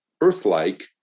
earth-like